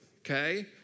okay